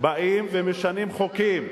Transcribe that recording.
באים ומשנים חוקים,